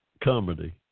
comedy